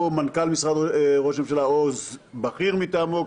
מנכ"ל משרד ראש ממשלה או בכיר מטעמו,